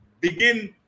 begin